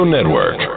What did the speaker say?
Network